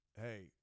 hey